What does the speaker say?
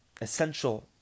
essential